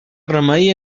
remei